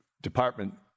department